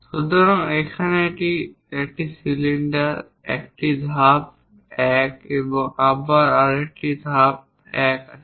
সুতরাং এখানে এটি একটি সিলিন্ডার একটি ধাপ 1 এবং আবার আমাদের একটি ধাপ 1 আছে